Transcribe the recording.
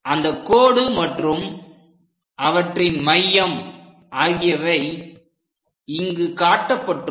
அந்தக் கோடு மற்றும் அவற்றின் மையம் ஆகியவை இங்கு காட்டப்பட்டுள்ளன